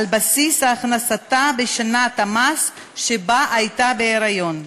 על בסיס הכנסתה בשנת המס שבה הייתה בהיריון.